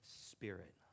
spirit